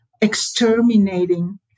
exterminating